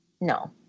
no